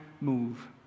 move